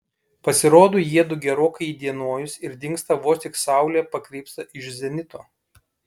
pasirodo jiedu gerokai įdienojus ir dingsta vos tik saulė pakrypsta iš zenito